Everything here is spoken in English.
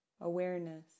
awareness